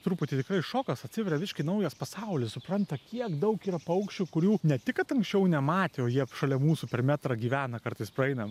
truputį tikrai šokas atsiveria visiškai naujas pasaulis supranta kiek daug yra paukščių kurių ne tik kad anksčiau nematė o jie šalia mūsų per metrą gyvena kartais praeinam